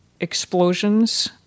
explosions